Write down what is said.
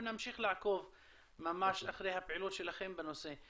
ונמשיך לעקוב אחרי הפעילות שלכם בנושא.